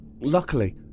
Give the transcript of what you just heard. Luckily